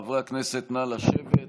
חברי הכנסת, נא לשבת.